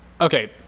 okay